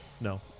No